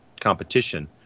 competition